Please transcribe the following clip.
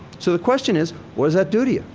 so the question is, what does that do to yeah